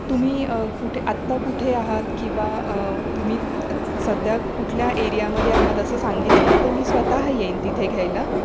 तुम्ही कुठे आता कुठे आहात किंवा तुम्ही सध्या कुठल्या एरियामध्ये आहात असं सांगितलंत तर मी स्वतः येईन तिथे घ्यायला